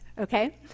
Okay